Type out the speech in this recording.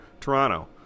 Toronto